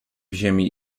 ziemi